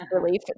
relief